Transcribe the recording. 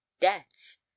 deaths